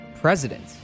president